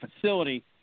facility